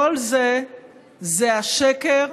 כל זה זה השקר,